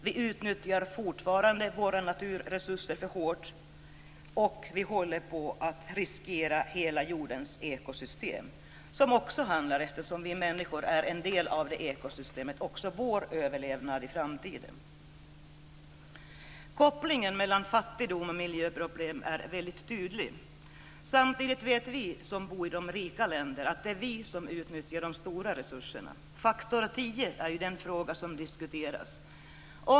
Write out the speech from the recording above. Vi utnyttjar fortfarande våra naturresurser för hårt, och vi håller på att riskera hela jordens ekosystem. Eftersom vi människor är en del av ekosystemet handlar det också om vår överlevnad i framtiden. Kopplingen mellan fattigdom och miljöproblem är väldigt tydlig. Samtidigt vet vi som bor i de rika länderna att det är vi som utnyttjar de stora resurserna. Frågan om faktor 10 är den fråga som diskuteras.